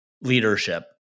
leadership